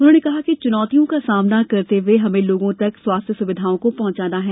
उन्होंने कहा चुनौतियों का सामना करते हुए हमें लोगों तक स्वास्थ्य सुविधाओं को पहुँचाना है